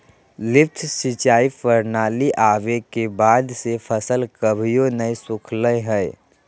lift सिंचाई प्रणाली आवे के बाद से फसल कभियो नय सुखलय हई